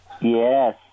Yes